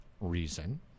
reason